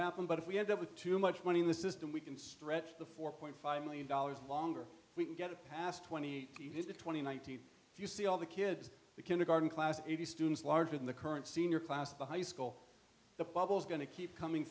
happen but if we end up with too much money in the system we can stretch the four point five million dollars longer we can get it past twenty to twenty one thousand you see all the kids the kindergarten class the students larger than the current senior class the high school the bubbles going to keep coming